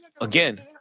again